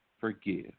forgive